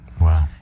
Wow